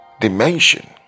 dimension